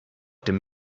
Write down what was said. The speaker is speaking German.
dem